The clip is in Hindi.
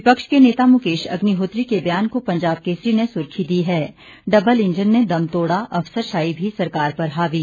विपक्ष के नेता मुकेश अग्निहोत्री के बयान को पंजाब केसरी ने सुर्खी दी है डबल इंजन ने दम तोड़ा अफसरशाही भी सरकार पर हावी